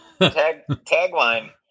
tagline